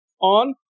on